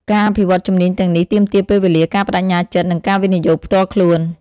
ការអភិវឌ្ឍជំនាញទាំងនេះទាមទារពេលវេលា ការប្តេជ្ញាចិត្ត និងការវិនិយោគផ្ទាល់ខ្លួន។